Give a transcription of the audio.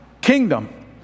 kingdom